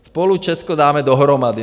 Spolu Česko dáme dohromady.